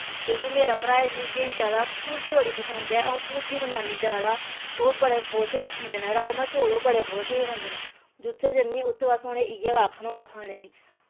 कि के मेरा मरहाज इस चीजे गी जादै भूरजी बड़ी पसंद ऐ अं'ऊ भूरजी बनानी जादै ओह् खुश होइयै खंदे न बड़े खुश होइयै खंदे न जित्थें जन्नी उत्थें असें इयै आक्खना होंदा खानै गी